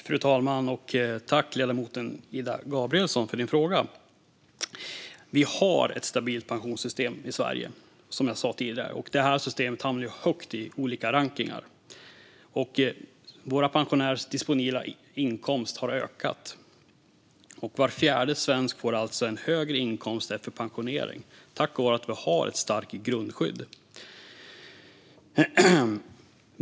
Fru talman! Jag tackar ledamoten Ida Gabrielsson för frågan. Vi har ett stabilt pensionssystem i Sverige, som jag sa tidigare, och detta system hamnar högt i olika rankningar. Våra pensionärers disponibla inkomst har ökat, och var fjärde svensk får en högre inkomst efter pensionering tack vare att vi har ett starkt grundskydd.